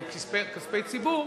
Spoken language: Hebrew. כספי ציבור,